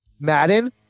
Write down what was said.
madden